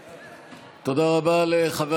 תודה רבה, חברים.